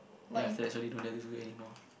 then after that sorry don't dare to do it anymore